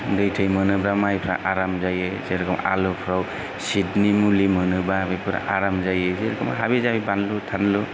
दै थै मोनोबा माइफ्रा आराम जायो जेरख'म आलुफ्राव सिदनि मुलि मोनोब्ला बेफोर आराम जायो जेरख'म आबि जाबि बानलु थानलु